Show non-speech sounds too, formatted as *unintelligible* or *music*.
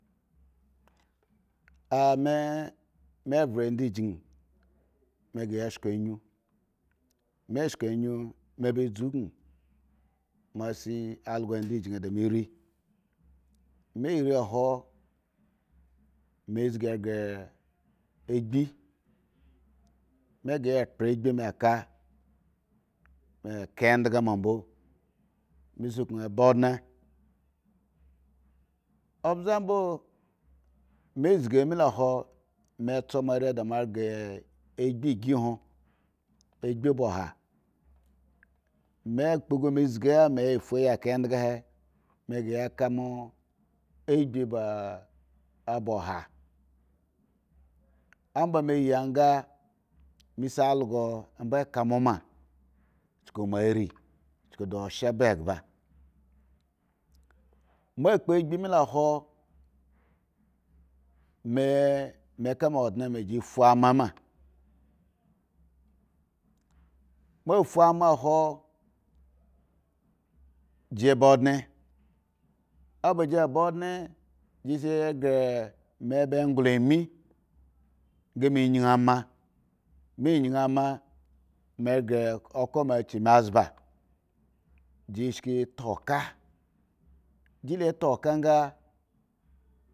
Ame, me vhon adachikyin me ghre ya shkonyu, me shkonyu me ba dzukun moa si algo dachkyin *noise* da me rii me rii huro me zgi ghre agbi me ghre ya khro agbi me ka me ka endhga mambo me sukun ba ondne ombze mbo me zgi ame lo hwo me zgi ame funayi ka endgga he me ghre ya ka moa agbi ba aba ha omba me yi nga me sii algo mbo eka moa ma chuku moa rii chuku da oshye ba eghba moa kpo agbi milo hni me me kamoa ondne owo *unintelligible* ba gi ba ondne gi sa ghre me ba nglo ami nga me nye ama me nye ama me shre okhro moa dzumazba gi shiki ta oka gi ta oka nga.